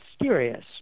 mysterious